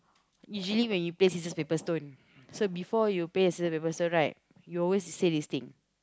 usually when you play scissors paper stone so before you play the scissors paper stone right you always say this thing